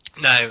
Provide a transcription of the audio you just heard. Now